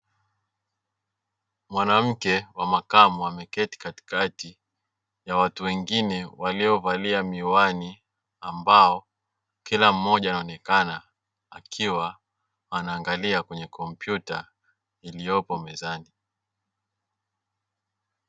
Mwanamke wa makamo ameketi katikati ya watu wengine waliovalia miwani, ambao kila mmoja anaonekana akiwa anaangalia kwenye kompyuta iliyopo mezani.